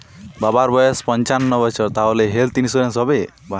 বাবার বয়স পঞ্চান্ন বছর তাহলে হেল্থ ইন্সুরেন্স হবে?